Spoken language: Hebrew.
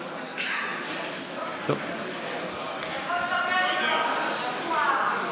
אתה יכול לספר לי מה פרשת השבוע.